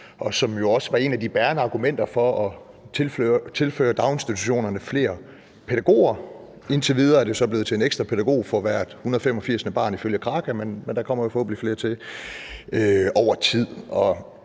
jo også var et af de bærende argumenter for at tilføre daginstitutionerne flere pædagoger. Indtil videre er det så ifølge Kraka blevet til en ekstra pædagog for hvert 185. barn, men der kommer jo forhåbentlig flere til over tid.